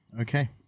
Okay